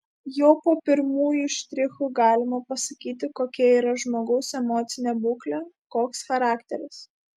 jau po pirmųjų štrichų galima pasakyti kokia yra žmogaus emocinė būklė koks charakteris